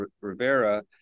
Rivera